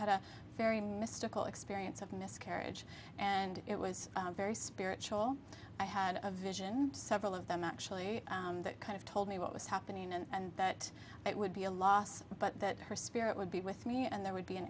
had a very mystical experience of miscarriage and it was very spiritual i had a vision several of them actually kind of told me what was happening and that it would be a loss but that her spirit would be with me and there would be an